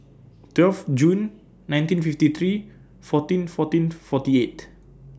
twelve June nineteen fifty three fourteen fourteen forty eight